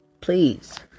Please